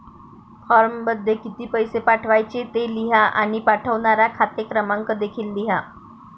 फॉर्ममध्ये किती पैसे पाठवायचे ते लिहा आणि पाठवणारा खाते क्रमांक देखील लिहा